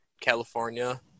California